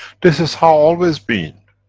this is how always been.